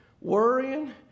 worrying